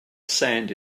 sand